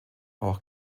auch